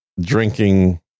drinking